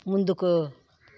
ముందుకు